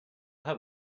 have